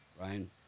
Ryan